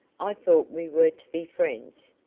i thought we were to be friends.